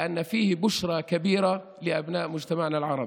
משום שיש בו בשורה גדולה לבני עמנו הערבים,